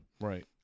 Right